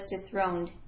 dethroned